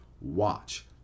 watch